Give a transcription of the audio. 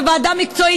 זו ועדה מקצועית,